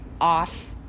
off